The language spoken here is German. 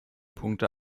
punkte